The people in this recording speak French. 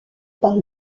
par